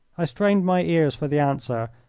i strained my ears for the answer,